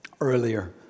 earlier